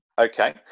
Okay